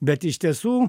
bet iš tiesų